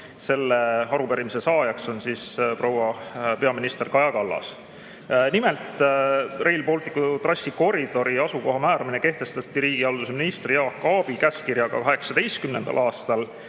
Selle arupärimise saajaks on proua peaminister Kaja Kallas. Nimelt, Rail Balticu trassikoridori asukoha määramine kehtestati riigihalduse ministri Jaak Aabi käskkirjaga 2018. aastal,